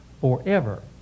forever